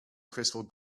crystal